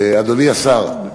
אדוני השר,